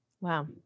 Wow